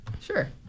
Sure